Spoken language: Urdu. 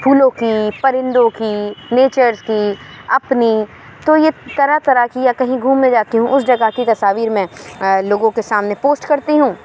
پھولوں کی پرندوں کی نیچرز کی اپنی تو یہ طرح طرح کی یا کہیں گھومنے جاتی ہوں اس جگہ کی تصاویر میں لوگوں کے سامنے پوسٹ کرتی ہوں